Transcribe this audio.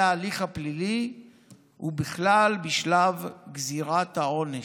ההליך הפלילי ובכלל זה בשלב גזירת העונש.